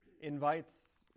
invites